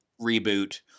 reboot